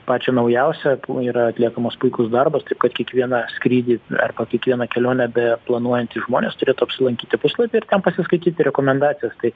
pačią naujausią pu yra atliekamas puikus darbas taip pat kiekvieną skrydį arba kiekvieną kelionę beplanuojantys žmonės turėtų apsilankyti puslapy ir ten pasiskaityti rekomendacijas tai